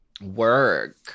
Work